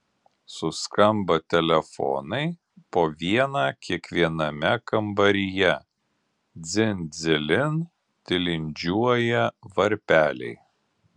suskamba telefonai po vieną kiekviename kambaryje dzin dzilin tilindžiuoja varpeliai